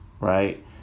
right